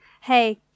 Hey